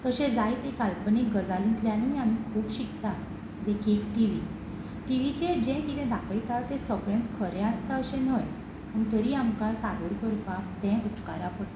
तशे जायते काल्पनीक गजालींतल्यानूय आमी खूब शिकता देखीक टी वी टीवीचेर जें किदें दाखयता तें सगळेंच खरें आसता अशें न्हय पूण तरी आमकां सादूर करपाक तें उपकारा पडटा